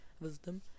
wisdom